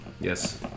Yes